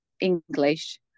English